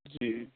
جی